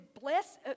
bless